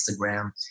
Instagram